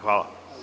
Hvala.